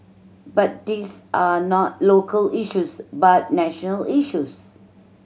but these are not local issues but national issues